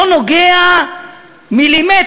לא נוגע מילימטר,